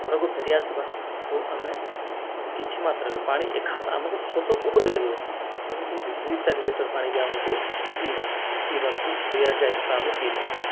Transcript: ଘରକୁ ଫେରି ଆସିବା ଓ ଆମେ କିଛି ମାତ୍ରାରେ ପାଣି ଆମକୁ ଶୋଷ ବହୁତ ଲାଗିବ ଯେମିତିକି ଦୁଇ ଚାରି ଲିଟର ପାଣି ବି ଆମକୁ ପିଇବା ପିଇବାକୁ ଦିଆଯାଏ ତା ଆମେ ପିଇଦେବା